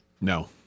No